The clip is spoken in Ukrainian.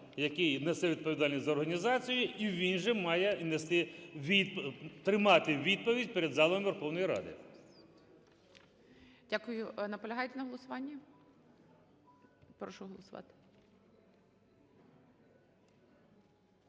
який несе відповідальність за організацію, і він же має нести, тримати відповідь перед залом Верховної Ради.